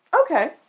Okay